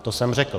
To jsem řekl.